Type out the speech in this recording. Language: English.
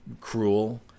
cruel